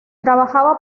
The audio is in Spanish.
trabajaba